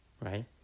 right